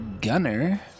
Gunner